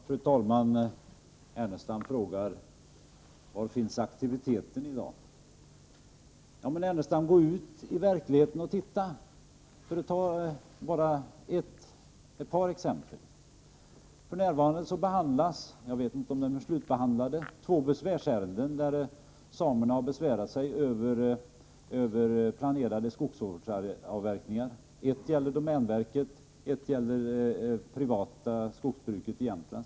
Fru talman! Lars Ernestam frågar: Var finns aktiviteten i dag? Lars Ernestam, gå ut i verkligheten och titta! Jag skall ta bara ett par exempel. F.n. behandlas — eller kanske de är slutbehandlade — två ärenden där samerna har besvärat sig över planerade skogsavverkningar. Ett avser domänverket, och ett gäller det privata skogsbruket i Jämtlands län.